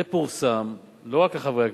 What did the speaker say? זה פורסם, לא רק לחברי הכנסת,